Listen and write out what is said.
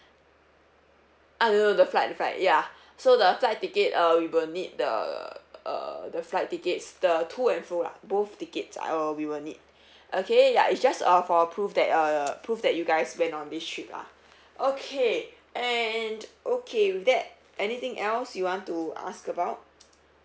uh no no the flight the flight ya so the flight ticket uh we will need the uh the flight tickets the to and fro lah both tickets I will we will need okay ya it's just uh for prove that uh prove that you guys went on this trip lah okay and okay with that anything else you want to ask about